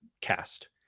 cast